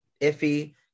iffy